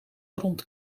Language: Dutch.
rond